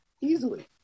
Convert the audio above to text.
Easily